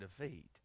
defeat